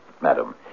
madam